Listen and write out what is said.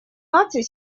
наций